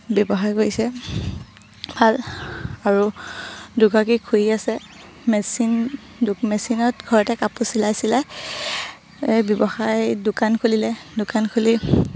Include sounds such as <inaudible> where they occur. ব্যৱসায় কৰিছে ভাল আৰু দুগৰাকীক খুৰী আছে মেচিন <unintelligible> মেচিনত ঘৰতে কাপোৰ চিলাই চিলাই ব্যৱসায় দোকান খুলিলে দোকান খুলি